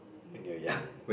when you're young